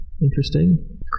interesting